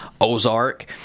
Ozark